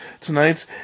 tonight